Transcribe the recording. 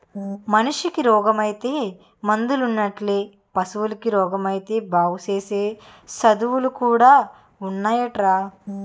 మనిసికి రోగమొత్తే మందులున్నట్లే పశువులకి రోగమొత్తే బాగుసేసే సదువులు కూడా ఉన్నాయటరా